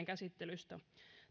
haasteen käsittelystä